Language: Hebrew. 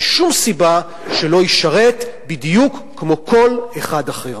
שום סיבה שלא ישרת בדיוק כמו כל אחד אחר.